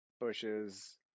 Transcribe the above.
bushes